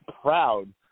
proud